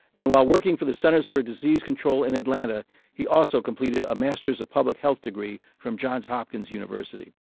and while working for the centers for disease control in atlanta he also completed a master's of public health degree from johns hopkins university.